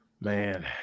Man